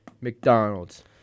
McDonald's